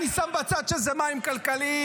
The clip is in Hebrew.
אני שם בצד שזה מים כלכליים,